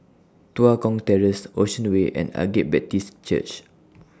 Tua Kong Terrace Ocean Way and Agape Baptist Church